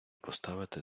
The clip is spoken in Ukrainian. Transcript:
поставити